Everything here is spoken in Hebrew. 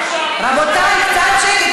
רבותיי, קצת שקט.